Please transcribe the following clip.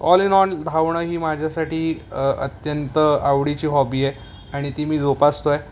all in all धावणं ही माझ्यासाठी अत्यंत आवडीची हॉबी आहे आणि ती मी जोपासतोय